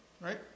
Right